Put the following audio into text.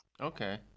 Okay